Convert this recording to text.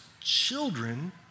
children